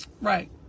Right